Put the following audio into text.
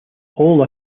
all